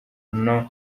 none